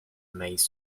made